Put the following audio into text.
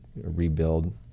rebuild